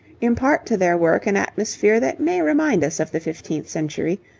impart to their work an atmosphere that may remind us of the fifteenth century,